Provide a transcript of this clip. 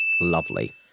Lovely